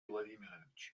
владимирович